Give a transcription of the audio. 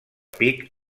pic